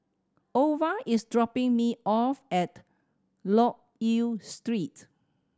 ova is dropping me off at Loke Yew Street